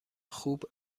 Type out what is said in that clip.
خوب